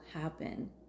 happen